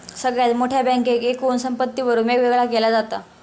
सगळ्यात मोठ्या बँकेक एकूण संपत्तीवरून वेगवेगळा केला जाता